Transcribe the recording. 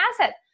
asset